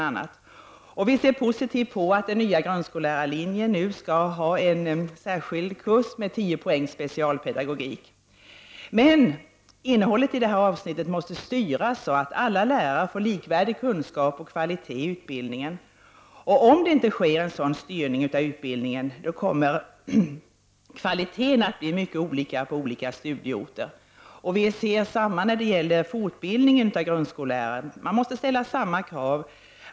Vi ser därför positivt på den nya grundskollärarlinjen med en särskild kurs om 10 poäng i specialpedagogik. Men innehållet under detta avsnitt måste styras så, att alla lärare får likvärdig kunskap och kvalitet i utbildningen. Om det inte sker en sådan styrning av utbildningen, kommer kvaliteten att variera mycket från studieort till studieort. Även när det gäller fortbildningen måste man ställa krav.